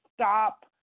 stop